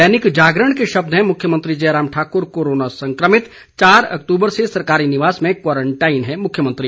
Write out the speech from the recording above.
दैनिक जागरण के शब्द हैं मुख्यमंत्री जयराम ठाकुर कोरोना संक्रमित चार अक्तूबर से सरकारी निवास में क्वारंटाइन हैं मुख्यमंत्री